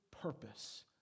purpose